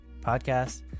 podcast